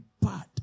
bad